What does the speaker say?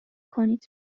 کنید